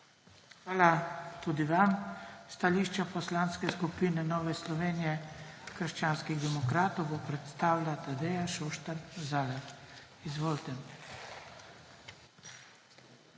Hvala tudi vam. Stališče Poslanske skupine Nove Slovenije - krščanskih demokratov bo predstavila Tadeja Šuštar Zalar. Izvolite.